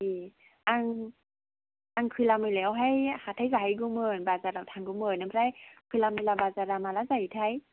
ए आं खैला मैलायावहाय हाथाइ जाहैगौमोन बाजाराव थांगौमोन ओमफ्राय खैला मैला बाजारा माला जायोथाय